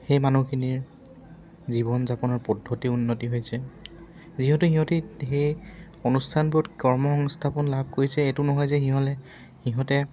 সেই মানুহখিনিৰ জীৱন যাপনৰ পদ্ধতি উন্নতি হৈছে যিহেতু সিহঁতি সেই অনুষ্ঠানবোৰত কৰ্ম সংস্থাপন লাভ কৰিছে এইটো নহয় যে সিহঁলে সিহঁতে